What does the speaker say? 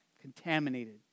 contaminated